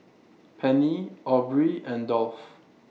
Penny Aubrey and Dolph